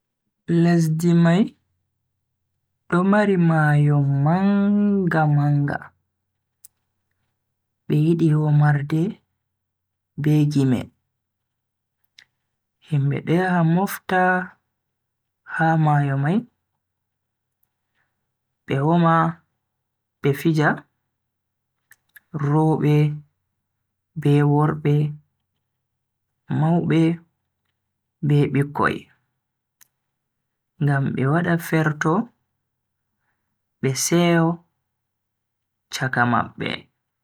Lesdi mai do mari mayo manga -manga, be yidi womarde be gime. Himbe do yaha mofta ha mayo mai, be woma be fija, robe be worbe, maube be bikkoi, ngam be wada ferto be seyo chaka mabbe.